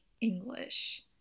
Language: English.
English